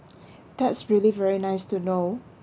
that's really very nice to know